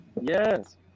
Yes